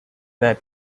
that